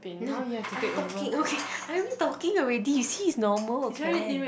no I'm talking okay I'm already talking already you see is normal can